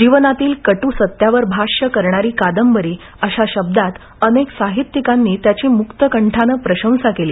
जीवनातील कट्सत्यावर भाष्य करणारी कादंबरी अशा शब्दांत अनेक साहित्यिकांनी त्याची मुक्तकंठानं प्रशंसा केली